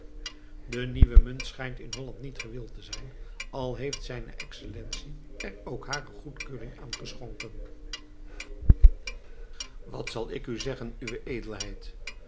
de nieuwe munt schijnt in holland niet gewild te zijn al heeft zijne excellentie er ook hare goedkeuring aan geschonken wat zal ik u zeggen uwe edelheid